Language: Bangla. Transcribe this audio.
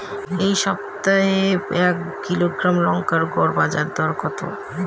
এই সপ্তাহে এক কিলোগ্রাম লঙ্কার গড় বাজার দর কত?